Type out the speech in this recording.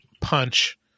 punch